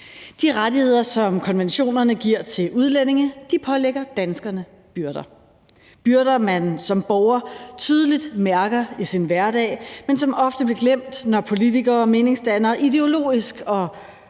De rettigheder, som konventionerne giver udlændinge, pålægger danskerne byrder, byrder, som man som borger tydeligt mærker i sin hverdag, men som ofte bliver glemt, når politikere og meningsdannere ideologisk og